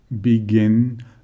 begin